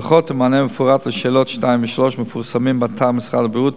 הדוחות ומענה מפורט על שאלות 2 3 מתפרסמים באתר משרד הבריאות,